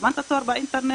הזמנת תור באינטרנט?